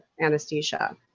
anesthesia